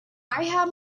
had